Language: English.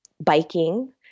biking